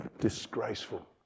disgraceful